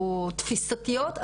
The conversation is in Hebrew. או תפיסתיות,